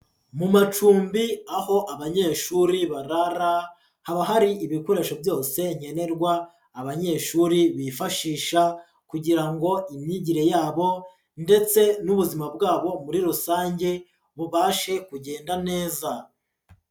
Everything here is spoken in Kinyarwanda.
Mu macumbi aho abanyeshuri barara, haba hari ibikoresho byose nkenenerwa abanyeshuri bifashisha, kugira ngo imyigire yabo ndetse n'ubuzima bwabo muri rusange bubashe kugenda neza.